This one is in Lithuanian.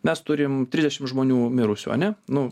mes turim trisdešim žmonių mirusių ane nu